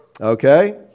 okay